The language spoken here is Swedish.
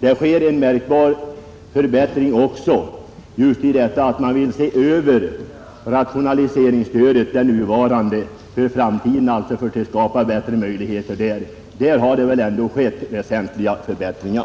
Det kommer också att bli en märkbar förbättring genom att det nuvarande rationaliseringsstödet skall ses över för framtiden i syfte att skapa större möjligheter i detta avseende. Det måste väl ändå vara väsentliga förbättringar.